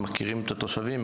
הם מכירים את התושבים,